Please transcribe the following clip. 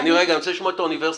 אני רוצה לשמוע את האוניברסיטה.